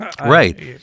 Right